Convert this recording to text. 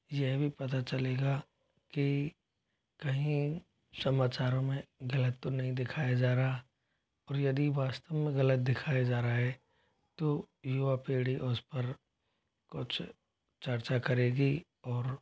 यह भी पता चलेगा की कहीं समाचारों में गलत तो नहीं दिखाया जा रहा और यदि वास्तव में गलत दिखाया जा रहा है तो युवा पीढ़ी उस पर कुछ चर्चा करेगी और